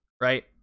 right